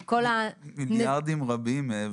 מיליארדים רבים.